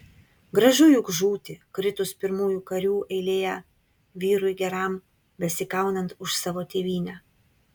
gražu juk žūti kritus pirmųjų karių eilėje vyrui geram besikaunant už savo tėvynę